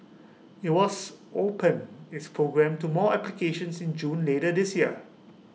IT was open its program to more applications in June later this year